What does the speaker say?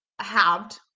halved